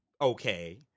okay